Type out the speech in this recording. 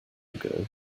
ago